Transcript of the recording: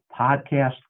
Podcast